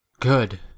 Good